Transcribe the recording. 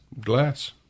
Glass